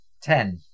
Ten